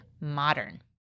modern